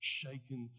shaken